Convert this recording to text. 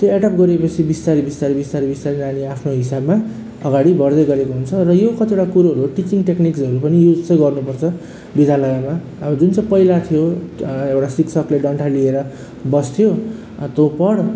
त्यो एड्याप्ट गरे पछि विस्तारै विस्तारै विस्तारै विस्तारै नानी आफ्नो हिसाबमा अगाडि बढ्दै गरेको हुन्छ र यो कतिवटा कुरोहरू टिचिङ टेक्निक्सहरू पनि युज चाहिँ गर्नु पर्छ विद्यालयमा अब जुन चाहिँ पहिला थियो एउटा शिक्षकले डन्ठा लिएर बस्थ्यो त्यो पढ्